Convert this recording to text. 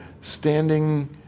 standing